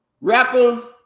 rappers